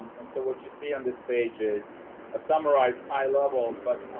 and so but you see on this page is a summarized high level, but